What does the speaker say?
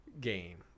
game